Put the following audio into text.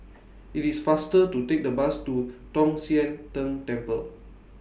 IT IS faster to Take The Bus to Tong Sian Tng Temple